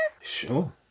Sure